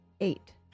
Eight